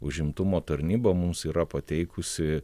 užimtumo tarnyba mums yra pateikusi